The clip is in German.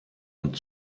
und